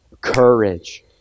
courage